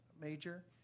major